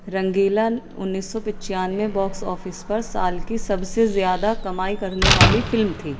رنگیلا انیس سو پچانوے باکس آفس پر سال کی سب سے زیادہ کمائی کرنے والی فلم تھی